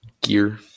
gear